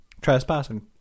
Trespassing